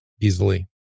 easily